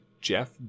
Jeff